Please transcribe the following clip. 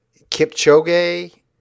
Kipchoge